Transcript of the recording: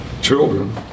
children